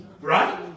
Right